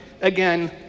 again